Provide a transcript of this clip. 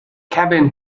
cabin